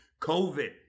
covid